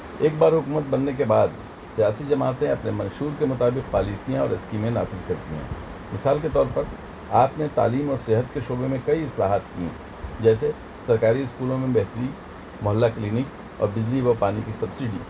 ایک بار حکومت بننے کے بعد سیاسی جماعتیں اپنے منشور کے مطابق پالیسیاں اور اسکیمیں نافذ کرتی ہیں مثال کے طور پر آپ نے تعلیم اور صحت کے شعبے میں کئی اصلاحات کیں جیسے سرکاری اسکولوں میں بہتری محلہ کلینک اور بجلی و پانی کی سبسڈی